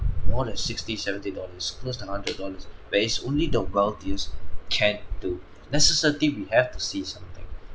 more than sixty seventy dollars close to hundred dollars where it's only the wealthiest can do necessity we have to see sometime